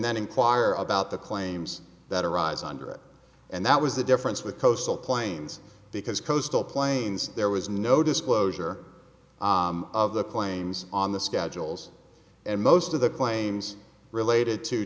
then inquire about the claims that arise under it and that was the difference with coastal plains because coastal plains there was no disclosure of the claims on the schedules and most of the claims related to